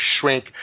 shrink